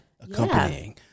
accompanying